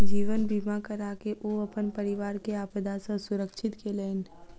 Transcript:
जीवन बीमा कराके ओ अपन परिवार के आपदा सॅ सुरक्षित केलैन